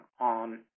on